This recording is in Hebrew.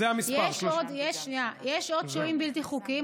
יש עוד שוהים בלתי חוקיים.